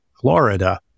Florida